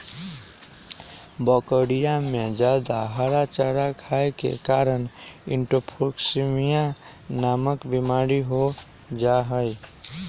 बकरियन में जादा हरा चारा खाये के कारण इंट्रोटॉक्सिमिया नामक बिमारी हो जाहई